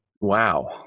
Wow